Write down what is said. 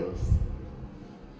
skills